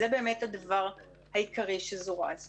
זה הדבר העיקרי שזורז פה.